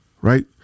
right